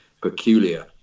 peculiar